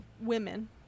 women